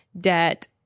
debt